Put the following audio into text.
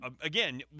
again